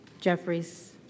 Jeffries